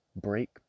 break